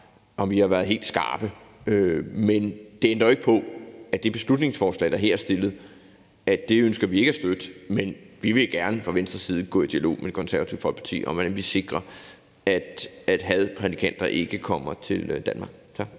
liste, har været helt skarpe. Det ændrer jo ikke på, at det beslutningsforslag, der er fremsat her, ønsker vi ikke at støtte. Men vi vil gerne fra Venstres side gå i dialog med Konservative Folkeparti om, at vi sikrer, at hadprædikanter ikke kommer til Danmark Kl.